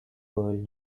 world